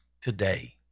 today